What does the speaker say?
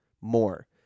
more